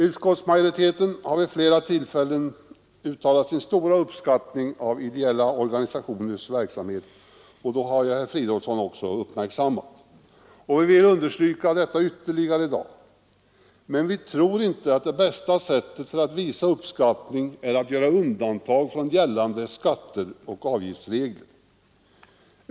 Utskottsmajoriteten har vid flera tillfällen uttalat sin stora uppskattning av ideella organisationers verksamhet — något som herr Fridolfsson har uppmärksammat. Vi vill ytterligare understryka detta i dag. Men vi tror inte att bästa sättet att visa uppskattning är att göra undantag från gällande skatteoch avgiftsregler.